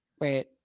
Wait